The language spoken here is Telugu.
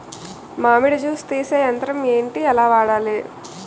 మామిడి జూస్ తీసే యంత్రం ఏంటి? ఎలా వాడాలి?